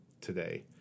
today